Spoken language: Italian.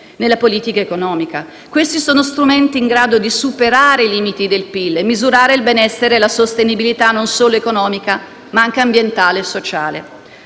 nella politica economica. Sono strumenti in grado di superare i limiti del PIL e misurare il benessere e la sostenibilità, non solo economica ma anche ambientale e sociale.